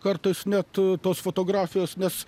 kartais net tos fotografijos nes